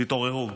תתעוררו.